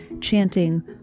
chanting